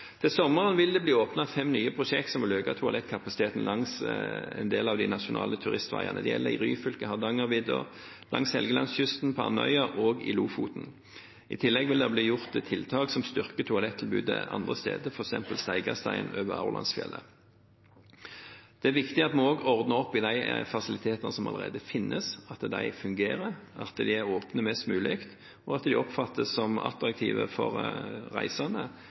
Til sommeren vil det bli åpnet fem nye prosjekter som vil øke toalettkapasiteten langs en del av de nasjonale turistveiene. Det gjelder i Ryfylke, på Hardangervidda, langs Helgelandskysten, på Andøya og i Lofoten. I tillegg vil det bli iverksatt tiltak som styrker toalettilbudet andre steder, f.eks. Stegastein på Aurlandsfjellet. Det er også viktig at vi ordner opp i de fasilitetene som allerede finnes – at de fungerer, at de er åpne mest mulig, at de oppfattes som attraktive for reisende,